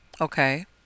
okay